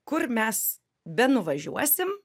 kur mes benuvažiuosim